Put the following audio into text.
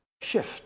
Shift